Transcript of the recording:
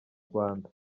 rwanda